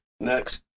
Next